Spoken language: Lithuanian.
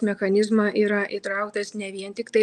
mechanizmą yra įtrauktas ne vien tiktai